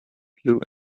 blue